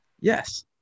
Yes